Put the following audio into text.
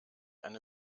eine